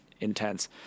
intense